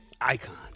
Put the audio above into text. Icon